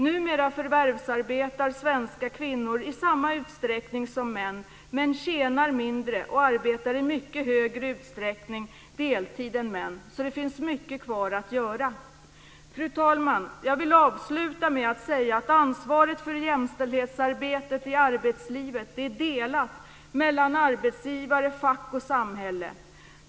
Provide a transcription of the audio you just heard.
Numera förvärvsarbetar svenska kvinnor i samma utsträckning som män men tjänar mindre och arbetar i mycket högre utsträckning deltid än män, så det finns mycket kvar att göra. Fru talman! Jag vill avsluta med att säga att ansvaret för jämställdhetsarbetet i arbetslivet är delat mellan arbetsgivare, fack och samhälle.